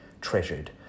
treasured